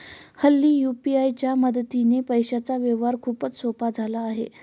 हल्ली यू.पी.आय च्या मदतीने पैशांचा व्यवहार खूपच सोपा झाला आहे